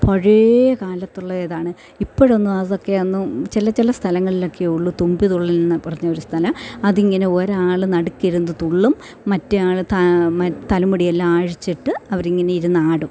പഴയ കാലത്തുള്ളതാണ് ഇപ്പോഴൊന്നും അതൊക്കെ ഒന്നും ചില ചില സ്ഥലങ്ങളിൽ ഒക്കെ ഉള്ളൂ തുമ്പി തുള്ളൽ എന്ന് പറഞ്ഞൊരു സ്ഥലം അതിങ്ങനെ ഒരാള് നടുക്കിരുന്ന് തുള്ളും മറ്റേ ആള് ത മ തലമുടി എല്ലാം അഴിച്ചിട്ട് അവരിങ്ങനെ ഇരുന്നാടും